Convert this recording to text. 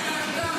10% הגשת?